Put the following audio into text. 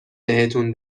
بهتون